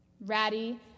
Ratty